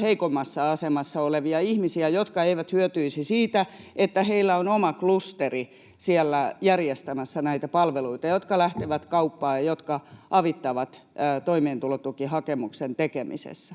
heikommassa asemassa olevia ihmisiä, jotka eivät hyötyisi siitä, että heillä on oma klusteri siellä järjestämässä näitä palveluita, jotka lähtevät kauppaan ja jotka avittavat toimeentulotukihakemuksen tekemisessä?